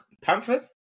Panthers